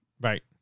right